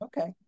okay